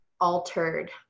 altered